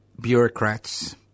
bureaucrats